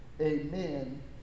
Amen